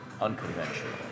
unconventional